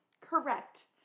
correct